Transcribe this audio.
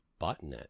botnet